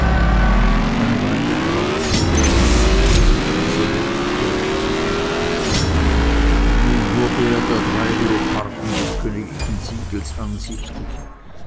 eine weile brauchte der entrückte sich in diese welt zurückzufinden nun wurde er der drei leoparden des königlichen siegels ansichtig